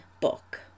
book